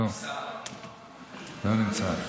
לא נמצא.